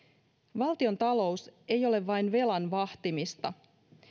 valtiontalous ei ole vain velan vahtimista